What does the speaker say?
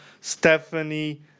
Stephanie